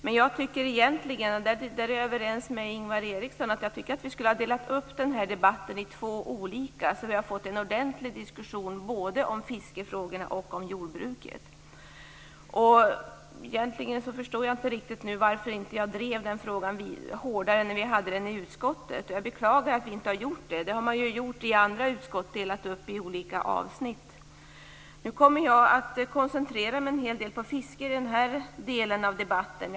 Men jag är överens med Ingvar Eriksson om att vi skulle ha delat upp debatten i två olika debatter, så att det hade blivit en ordentlig diskussion både om fiskefrågorna och om jordbruksfrågorna. Egentligen förstår jag inte riktigt nu varför jag inte drev den frågan hårdare när den var uppe i utskottet. Jag beklagar att debatten inte delades upp. I andra utskott har man ju delat upp debatten i olika avsnitt. Jag kommer att koncentrera mig en hel del på fiskefrågorna i den här delen av debatten.